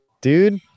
dude